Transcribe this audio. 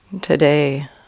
Today